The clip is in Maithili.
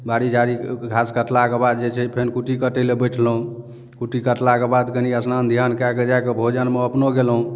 बाड़ी झाड़ी घास कटलाके बाद जे छै फेन कुट्टी कटै लए बैठलहुँ कुट्टी कटलाके बाद कनी स्नान ध्यान कए कऽ जाकऽ भोजनमे अपनो गेलहुँ